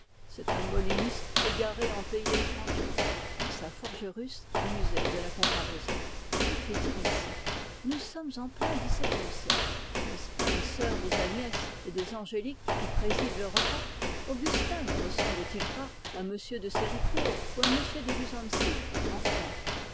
c'est un moliniste égaré en pays étranger pensa forgerus que fait-il ici nous sommes en plein xviie siècle n'est-ce pas une sœur des agnès et des angélique qui préside le repas augustin ne ressemble t il pas à m de séricourt ou à m de luzanci enfant